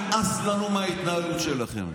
נמאס לנו מההתנהלות שלכם.